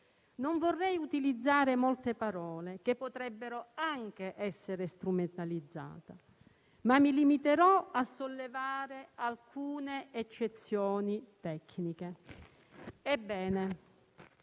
non vorrei utilizzare molte parole, che potrebbero anche essere strumentalizzate. Mi limiterò, pertanto, a sollevare alcune eccezioni tecniche. Premesso